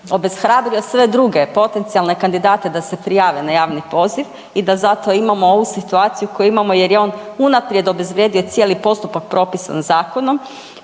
obeshrabrio sve druge potencijalne kandidate da se prijave na javni poziv i da zato imamo ovu situaciju koju imamo jer je on unaprijed obezvrijedio cijeli postupak propisan zakonom